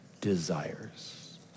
Desires